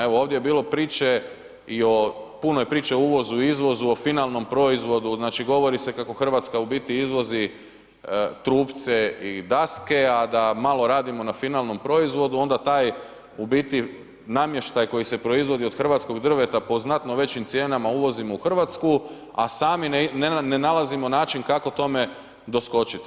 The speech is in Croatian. Evo ovdje je bilo priče, puno je priče o uvozu, o izvozu, o finalnom proizvodu, govori se kako Hrvatska u biti izvozi trupce i daske, a da malo radimo na finalnom proizvodu onda taj namještaj koji se proizvodi od hrvatskog drveta po znatno većim cijenama uvozimo u Hrvatsku, a sami ne nalazimo način kako tome doskočiti.